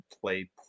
play